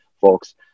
folks